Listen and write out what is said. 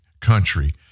country